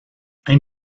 ein